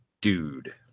dude